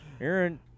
Aaron